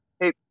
Hey